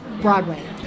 Broadway